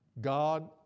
God